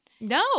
No